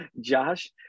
Josh